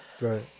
Right